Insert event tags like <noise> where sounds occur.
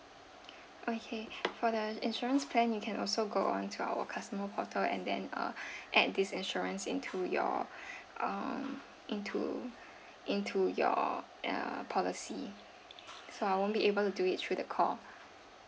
okay for the insurance plan you can also go on to our customer portal and then uh add this insurance into your <breath> um into into your err policy so I won't be able to do it through the call